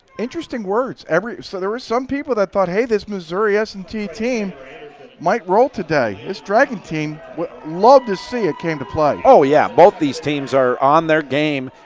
interesting words, so there was some people that thought hey this missouri s and t team might roll today. this dragon team would love to see it came to play. oh yeah, both these teams are on their game,